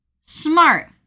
Smart